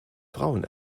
frauen